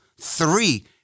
three